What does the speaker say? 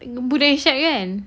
budak irsyad kan